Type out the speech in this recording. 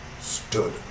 stood